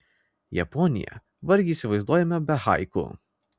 japonija vargiai įsivaizduojama be haiku